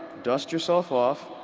dust yourself off,